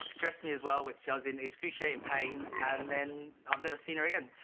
dressed me as well, which does in excruciating pain and then i've never seen her again